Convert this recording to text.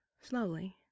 slowly